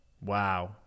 Wow